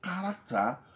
character